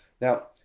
Now